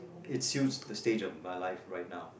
it suits the stage of my life right now